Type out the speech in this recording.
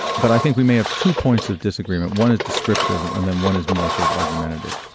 but i think we may have two points of disagreement one is descriptive and then one is more sort of argumentative.